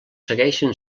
segueixen